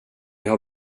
har